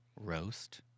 roast